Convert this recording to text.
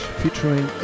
featuring